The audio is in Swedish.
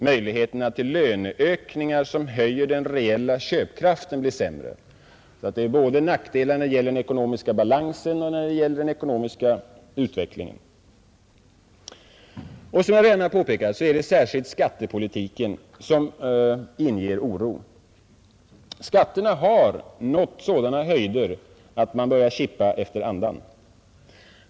Möjligheterna till löneökningar som höjer den reella köpkraften blir sämre. Det är alltså nackdelar både när det gäller den ekonomiska balansen och den ekonomiska utvecklingen. Som jag redan har påpekat är det särskilt skattepolitiken som inger oro. Skatterna har nått sådana höjder att man börjar kippa efter andan.